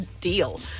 deal